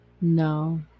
No